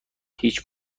هیچ